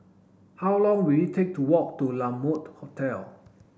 how long will it take to walk to La Mode Hotel